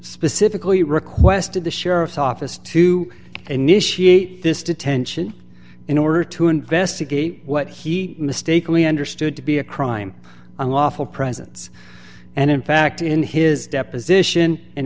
specifically requested the sheriff's office to initiate this detention in order to investigate what he mistakenly understood to be a crime unlawful presence and in fact in his deposition in